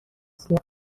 اصلی